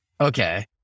Okay